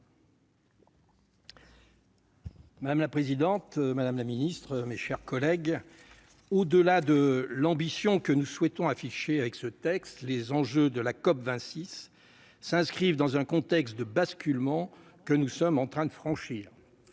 Madame la présidente, madame la secrétaire d'État, mes chers collègues, au-delà de l'ambition que nous souhaitons afficher dans ce texte, les enjeux de la COP26 s'inscrivent dans un contexte de « basculement » que nous sommes en train d'effectuer.